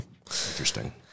Interesting